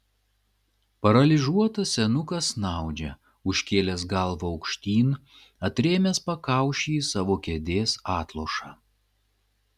paralyžiuotas senukas snaudžia užkėlęs galvą aukštyn atrėmęs pakauši į savo kėdės atlošą